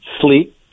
sleep